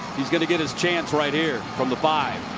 he's going to get his chance right here from the five.